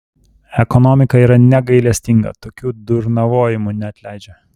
ekonomika yra negailestinga tokių durnavojimų neatleidžia